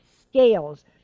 scales